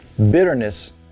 Bitterness